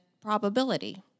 probability